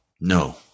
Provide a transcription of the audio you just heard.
No